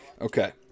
Okay